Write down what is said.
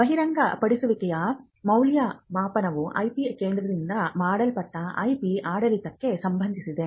ಬಹಿರಂಗಪಡಿಸುವಿಕೆಯ ಮೌಲ್ಯಮಾಪನವು IP ಕೇಂದ್ರದಿಂದ ಮಾಡಲ್ಪಟ್ಟ IP ಆಡಳಿತಕ್ಕೆ ಸಂಬಂಧಿಸಿದೆ